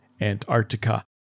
Antarctica